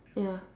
ya